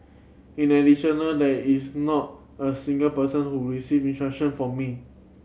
in additional there is not a single person who received instruction from me